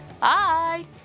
Bye